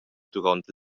duront